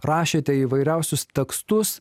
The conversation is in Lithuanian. rašėte įvairiausius tekstus